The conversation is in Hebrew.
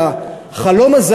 והחלום הזה,